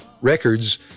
records